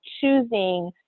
choosing